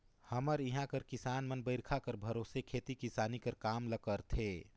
हमर इहां कर किसान मन बरिखा कर भरोसे खेती किसानी कर काम ल करथे